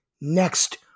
next